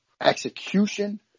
execution